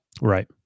Right